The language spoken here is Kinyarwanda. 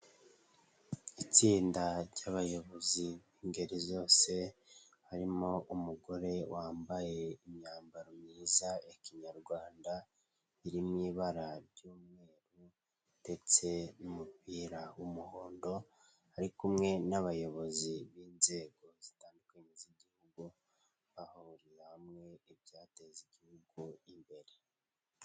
Itsinda ry'abayobozi b'ingeri zose, harimo umugore wambaye imyambaro myiza ya kinyarwanda. Iri mu ibara ry'umweru ndetse n'umupira w'umuhondo. Ari kumwe n'abayobozi b'inzego zitandukanye z'Igihugu bahuriza hamwe ibyateza Igihugu imbere.